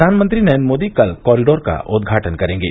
प्रधानमंत्री नरेन्द्र मोदी कल कॉरिडोर का उद्घाटन करेंगे